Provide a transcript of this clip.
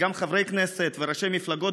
וגם חברי כנסת וראשי מפלגות,